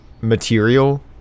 material